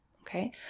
Okay